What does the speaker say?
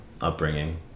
upbringing